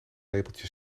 lepeltje